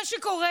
מה שקורה,